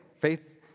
faith